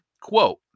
quote